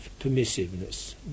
permissiveness